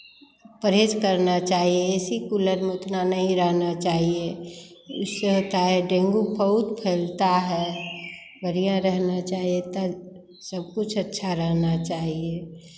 परहेज करना चाहिए ए सी कूलर में उतना नहीं रहना चाहिए इससे होता है डेंगू बहुत फैलता है बढ़ियाँ रहना चाहिए सब कुछ अच्छा रहना चाहिए